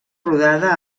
rodada